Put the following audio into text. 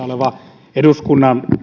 oleva eduskunnan